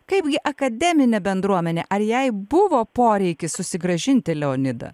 kaipgi akademinė bendruomenė ar jai buvo poreikis susigrąžinti leonidą